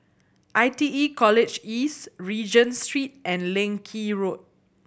I T E College East Regent Street and Leng Kee Road